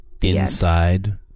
Inside